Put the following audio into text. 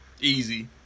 easy